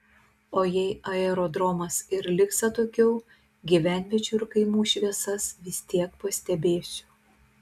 o jei aerodromas ir liks atokiau gyvenviečių ir kaimų šviesas vis tiek pastebėsiu